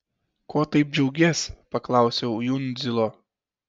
ko taip džiaugies paklausiau jundzilo